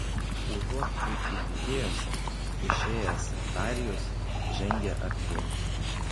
užuot kaip ji tikėjosi išėjęs darijus žengė artyn